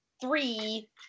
Three